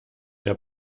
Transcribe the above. der